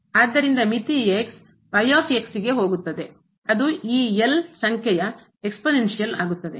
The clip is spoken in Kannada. ಆದ್ದರಿಂದ ಮಿತಿ ಗೆ ಹೋಗುತ್ತದೆ ಅದು ಈ ಸಂಖ್ಯೆಯ exponential ಆಗುತ್ತದೆಘಾತಾಂಕವಾಗುತ್ತದೆ